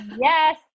yes